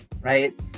right